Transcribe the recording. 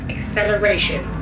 Acceleration